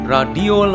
Radio